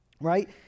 right